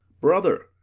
brother,